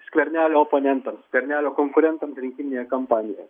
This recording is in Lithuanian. skvernelio oponentams skvernelio konkurentams rinkiminėje kampanijoje